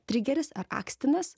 trigeris ar akstinas